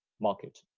market